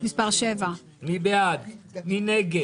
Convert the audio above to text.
מי נגד?